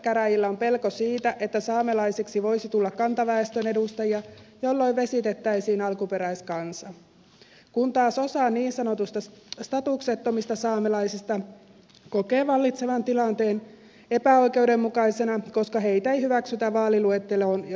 saamelaiskäräjillä on pelko siitä että saamelaisiksi voisi tulla kantaväestön edustajia jolloin vesitettäisiin alkuperäiskansa kun taas osa niin sanotuista statuksettomista saamelaisista kokee vallitsevan tilanteen epäoikeudenmukaisena koska heitä ei hyväksytä vaaliluetteloon ja saamelaisiksi